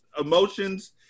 emotions